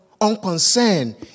unconcerned